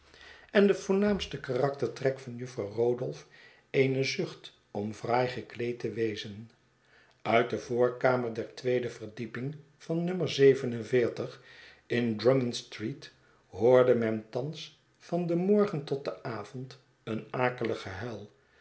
was ende voornaamste karaktertrek van jufvrouw rodolph eene zucht om fraai gekleed te wezen uit de voorkamer der tweede verdieping van no in d r u mmond street hoorde men thans van den morgen tot den avond een akelig